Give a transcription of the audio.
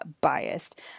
biased